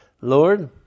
Lord